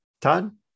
Todd